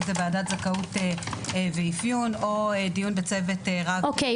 אם זו ועדת זכאות ואפיון או דיון בצוות רב-מקצועי --- אוקיי,